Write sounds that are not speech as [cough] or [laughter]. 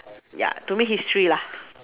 ya to me history lah [noise]